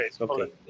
Okay